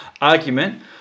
argument